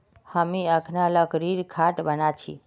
हामी अखना लकड़ीर खाट बना छि